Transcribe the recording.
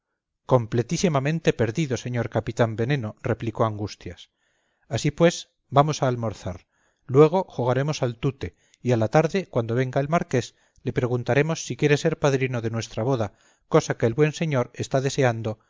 completísimamente perdido señor capitán veneno replicó angustias así pues vamos a almorzar luego jugaremos al tute y a la tarde cuando venga el marqués le preguntaremos si quiere ser padrino de nuestra boda cosa que el buen señor está deseando